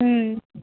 ம்